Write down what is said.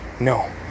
No